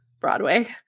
Broadway